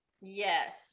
Yes